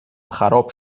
خراب